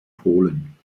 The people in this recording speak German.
polen